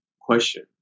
question